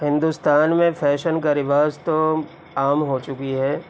ہندوستان میں فیشن کا رواج تو عام ہو چکی ہے